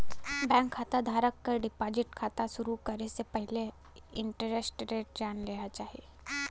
bank खाता धारक क डिपाजिट खाता शुरू करे से पहिले इंटरेस्ट रेट जान लेना चाही